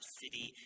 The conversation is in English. city